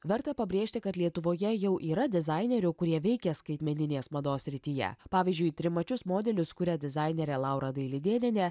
verta pabrėžti kad lietuvoje jau yra dizainerių kurie veikia skaitmeninės mados srityje pavyzdžiui trimačius modelius kuria dizainerė laura dailidėnienė